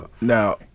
Now